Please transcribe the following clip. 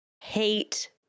hate